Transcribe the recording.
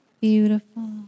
beautiful